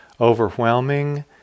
overwhelming